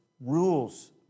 rules